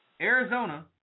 Arizona